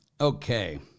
okay